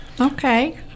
Okay